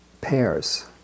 pairs